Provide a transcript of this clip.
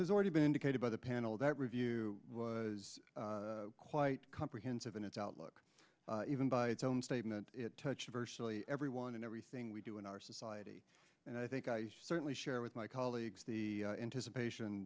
has already been indicated by the panel that review was quite comprehensive in its outlook even by its own statement it touched virtually everyone and everything we do in our society and i think i certainly share with my colleagues the anticipation